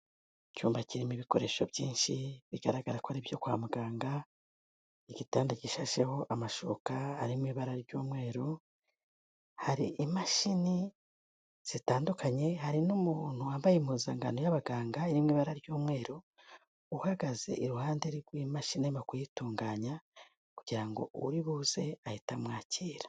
Icyumba kirimo ibikoresho byinshi, bigaragara ko ari ibyo kwa muganga, igitanda gishasheho amashuka ari mu ibara ry'umweru, hari imashini zitandukanye, hari n'umuntu wambaye impuzangano y'abaganga iri mu ibara ry'umweru, uhagaze iruhande rw'imashini arimo kuyitunganya kugira ngo uribuze ahite amwakira.